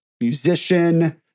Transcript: musician